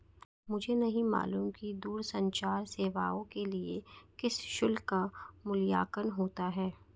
मुझे नहीं मालूम कि दूरसंचार सेवाओं के लिए किस शुल्क का मूल्यांकन होता है?